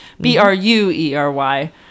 B-R-U-E-R-Y